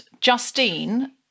Justine